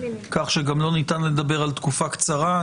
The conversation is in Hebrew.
כך שגם לא ניתן לדבר על תקופה קצרה.